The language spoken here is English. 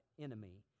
enemy